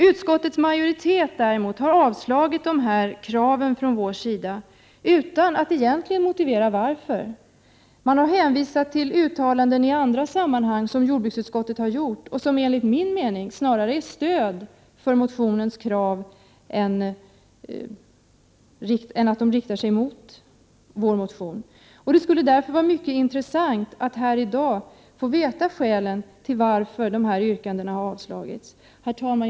Utskottets majoritet har däremot avstyrkt våra krav utan att egentligen motivera varför. Utskottsmajoriteten har hänvisat till uttalanden som jordbruksutskottet har gjort i andra sammanhang och som enligt min mening snarare ger stöd för kraven i motionen än tvärtom. Det skulle därför vara mycket intressant att här i dag få reda på varför dessa yrkanden har avstyrkts. Herr talman!